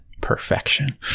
perfection